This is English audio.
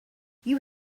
you